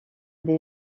des